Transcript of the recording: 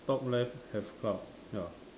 top left have cloud ya